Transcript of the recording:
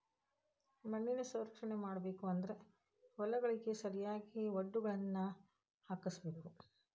ಮಣ್ಣಿನ ಸಂರಕ್ಷಣೆ ಮಾಡಬೇಕು ಅಂದ್ರ ಹೊಲಗಳಿಗೆ ಸರಿಯಾಗಿ ವಡ್ಡುಗಳನ್ನಾ ಹಾಕ್ಸಬೇಕ